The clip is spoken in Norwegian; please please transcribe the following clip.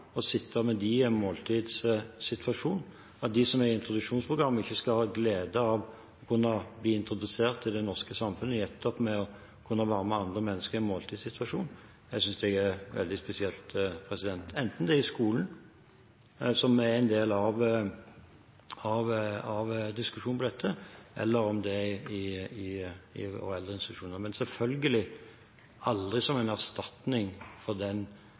og sitte med dem i en måltidssituasjon, og at de som er i introduksjonsprogrammet, ikke skal ha glede av å kunne bli introdusert til det norske samfunnet nettopp ved å kunne være med andre mennesker i en måltidssituasjon, synes jeg er veldig spesielt, enten det er i skolen, som er en del av diskusjonen om dette, eller om det er i eldreinstitusjoner. Selvfølgelig er det aldri som en erstatning for